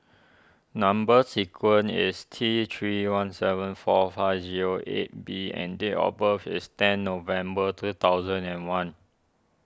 Number Sequence is T three one seven four five zero eight B and date of birth is ten November two thousand and one